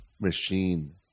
machine